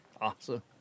Awesome